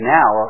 now